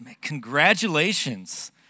congratulations